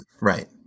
right